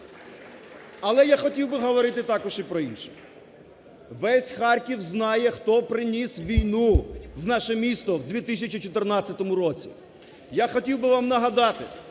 Але я хотів би говорити також і про інше. Весь Харків знає, хто приніс війну в наше місто в 2014 році. Я хотів би вам нагадати,